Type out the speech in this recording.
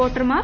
വോട്ടർമാർ